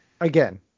again